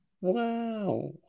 Wow